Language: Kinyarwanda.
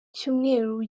cyumweru